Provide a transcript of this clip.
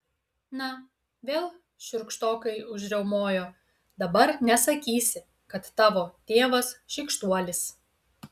na vėl šiurkštokai užriaumojo dabar nesakysi kad tavo tėvas šykštuolis